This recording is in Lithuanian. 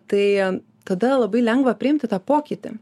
tai tada labai lengva priimti tą pokytį